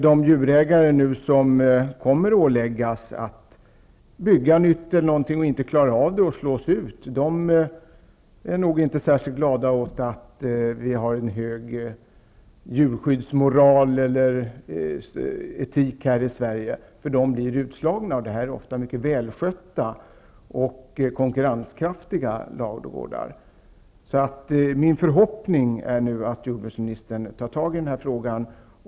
De djurägare som nu kommer att åläggas att bygga ut och som inte klarar det och slås ut är nog inte särskilt glada åt att Sverige har en hög djurskyddsmoral eller etik. De blir utslagna. Det gäller ofta mycket välskötta och konkurrenskraftiga ladugårdar. Min förhoppning är att jordbruksministern går vidare med frågan.